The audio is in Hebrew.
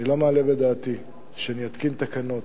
אני לא מעלה בדעתי שאני אתקין תקנות